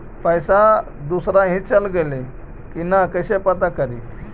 पैसा दुसरा ही चल गेलै की न कैसे पता करि?